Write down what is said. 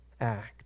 act